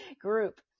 group